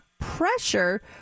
pressure